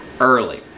early